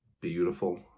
beautiful